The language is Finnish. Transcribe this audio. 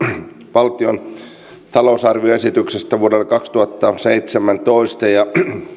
valtion talousarvioesityksestä vuodelle kaksituhattaseitsemäntoista ja